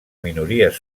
minories